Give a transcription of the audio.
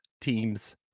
teams